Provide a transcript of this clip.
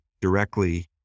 directly